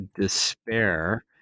despair